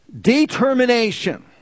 Determination